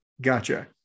gotcha